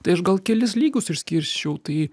tai aš gal kelis lygius išskirčiau tai